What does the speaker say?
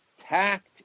tact